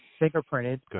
fingerprinted